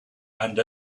and